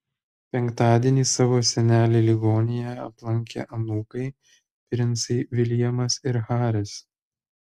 penktadienį savo senelį ligoninėje aplankė anūkai princai viljamas ir haris